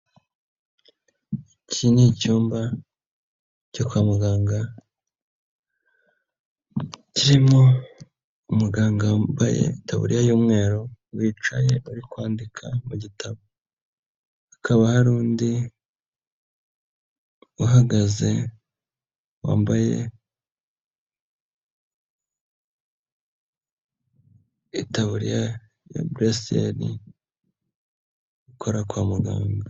Iki ni icyumba cyo kwa muganga, kirimo umuganga wambaye taburiya y'umweru wicaye ari kwandika mu gitabo. Hakaba hari n'undi uhagaze wambaye itaburiya ya burusiyeri ukora kwa muganga.